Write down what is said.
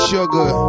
Sugar